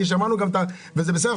שמענו וזה בסדר,